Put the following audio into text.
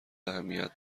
اهمیت